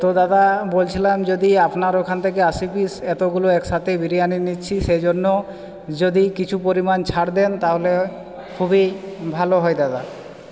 তো দাদা বলছিলাম যদি আপনার ওখান থেকে আশি পিস এতগুলো একসাথে বিরিয়ানি নিচ্ছি সেইজন্য যদি কিছু পরিমাণ ছাড় দেন তাহলে খুবই ভালো হয় দাদা